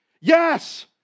yes